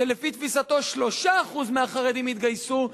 שלפי תפיסתו 3% מהחרדים יתגייסו,